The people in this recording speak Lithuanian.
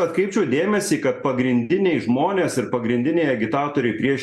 atkreipčiau dėmesį kad pagrindiniai žmonės ir pagrindiniai agitatoriai prieš